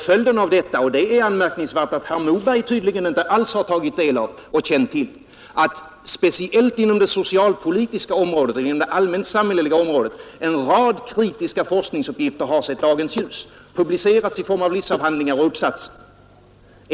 Följden av detta — och det är anmärkningsvärt att herr Moberg tydligen inte alls har tagit del av det och känt till det — har blivit att speciellt inom det socialpolitiska området och inom det allmänt samhälleliga området har en rad kritiska forskningsuppgifter sett dagens ljus och publicerats i form av licentiatavhandlingar och uppsatser.